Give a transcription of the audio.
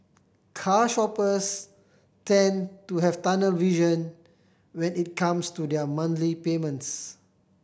car shoppers tend to have tunnel vision when it comes to their monthly payments